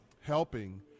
helping